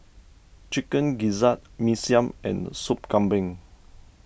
Chicken Gizzard Mee Siam and Sop Kambing